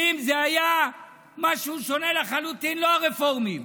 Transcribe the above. ואם זה היה משהו שונה לחלוטין, לא הרפורמים,